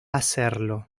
hacerlo